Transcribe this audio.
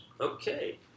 Okay